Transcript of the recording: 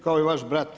Kao i vaš brat?